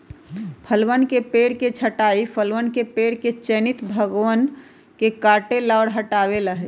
फलवन के पेड़ के छंटाई फलवन के पेड़ के चयनित भागवन के काटे ला और हटावे ला हई